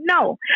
No